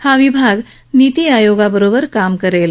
हा विभाग नीती आयोगाबरोबर काम करेल